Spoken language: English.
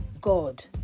God